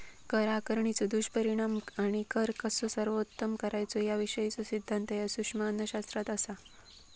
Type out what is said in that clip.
कर आकारणीचो दुष्परिणाम आणि कर कसा सर्वोत्तम करायचा याविषयीचो सिद्धांत ह्या सूक्ष्म अर्थशास्त्रात असा